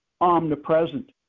omnipresent